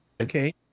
Okay